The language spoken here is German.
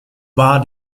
war